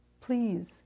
Please